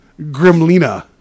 Grimlina